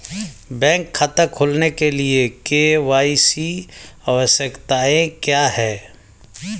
Bank खाता खोलने के लिए के.वाई.सी आवश्यकताएं क्या हैं?